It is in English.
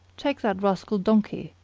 take that rascal donkey,